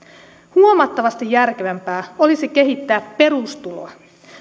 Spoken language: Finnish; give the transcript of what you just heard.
huomattavasti järkevämpää olisi kehittää perustuloa